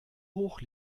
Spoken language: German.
hoch